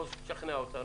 יכול להיות שתשכנע אותנו,